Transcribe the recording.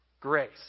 Grace